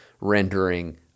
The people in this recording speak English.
rendering